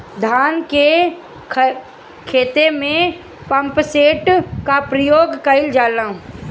धान के ख़हेते में पम्पसेट का उपयोग कइल जाला?